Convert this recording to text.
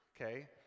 okay